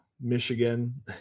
Michigan